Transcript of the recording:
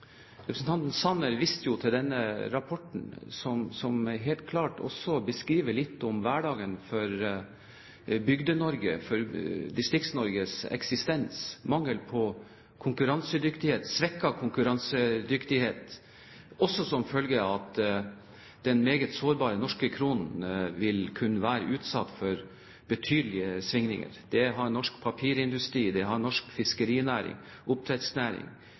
Representanten Sanner viste til denne rapporten som helt klart også beskriver hverdagen for Bygde-Norge, Distrikts-Norges eksistens, mangel på konkurransedyktighet, svekket konkurransedyktighet, også som følge av at den meget sårbare norske kronen vil kunne være utsatt for betydelige svingninger. Norsk papirindustri, norsk fiskerinæring, oppdrettsnæring og metallindustri har